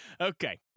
Okay